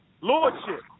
lordship